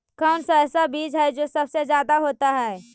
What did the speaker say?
कौन सा ऐसा बीज है जो सबसे ज्यादा होता है?